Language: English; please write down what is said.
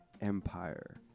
empire